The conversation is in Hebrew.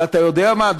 ואתה יודע מה,